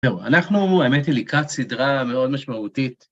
טוב, אנחנו, האמת היא, לקראת סדרה מאוד משמעותית.